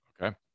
okay